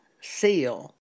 seal